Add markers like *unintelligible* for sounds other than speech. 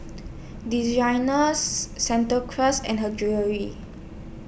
*unintelligible* Santa Cruz and Her Jewellery